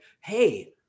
hey